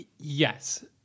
yes